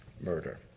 murder